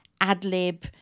ad-lib